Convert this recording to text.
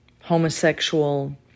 homosexual